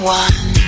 one